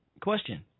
question